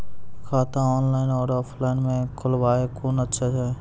खाता ऑनलाइन और ऑफलाइन म खोलवाय कुन अच्छा छै?